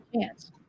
chance